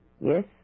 Yes